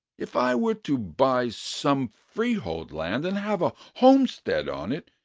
if i were to buy some freehold land, and have a homestead on it,